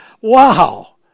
Wow